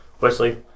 Wesley